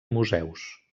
museus